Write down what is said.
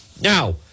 Now